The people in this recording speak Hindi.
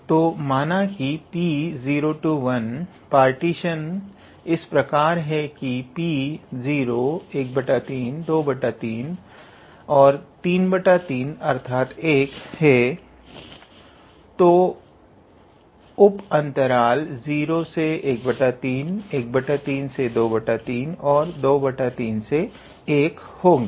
तो माना कि P 01 का पार्टीशन इस प्रकार है कि P 01323 और 33 अर्थात 1 है तो उप अंतराल 013 1323 और 231 होंगे